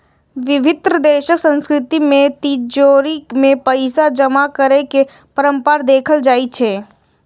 विभिन्न देशक संस्कृति मे तिजौरी मे पैसा जमा करै के परंपरा देखल जाइ छै